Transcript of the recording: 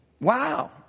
Wow